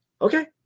Okay